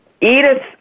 Edith